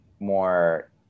more